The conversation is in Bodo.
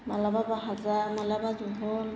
मालाबा भाजा मालाबा जहल